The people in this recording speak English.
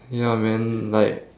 ya man like